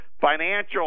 financial